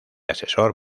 asesor